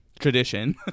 Tradition